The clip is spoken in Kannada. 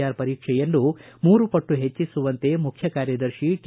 ಆರ್ ಪರೀಕ್ಷೆಯನ್ನು ಮೂರು ಪಟ್ಟು ಹೆಚ್ಚಿಸುವಂತೆ ಮುಖ್ಯ ಕಾರ್ಯದರ್ತಿ ಟಿ